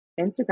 Instagram